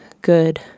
good